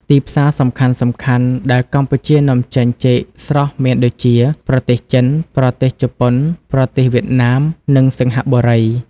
ទីផ្សារសំខាន់ៗដែលកម្ពុជានាំចេញចេកស្រស់មានដូចជា ប្រទេសចិន ប្រទេសជប៉ុន ប្រទេសវៀតណាម និងសិង្ហបុរី។